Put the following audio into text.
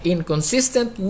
Inconsistent